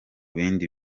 bindi